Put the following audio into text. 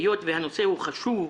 היות והנושא הוא חשוב,